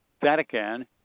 Vatican